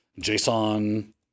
JSON